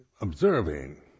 observing